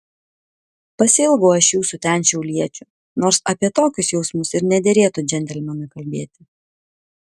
pasiilgau aš jūsų ten šiauliečių nors apie tokius jausmus ir nederėtų džentelmenui kalbėti